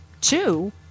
two